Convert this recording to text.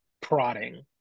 prodding